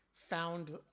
found